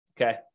Okay